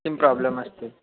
किं प्रोब्लम् अस्ति